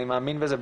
אני מאמין בזה,